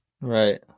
Right